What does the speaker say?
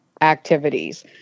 activities